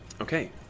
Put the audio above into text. Okay